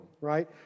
right